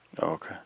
Okay